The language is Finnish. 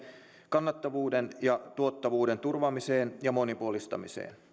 kannattavuuden ja tuottavuuden turvaamiseen ja monipuolistamiseen